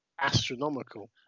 astronomical